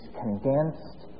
condensed